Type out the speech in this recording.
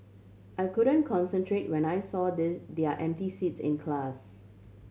I couldn't concentrate when I saw they their empty seats in class